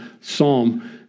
psalm